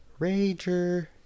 Rager